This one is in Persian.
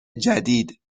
جدید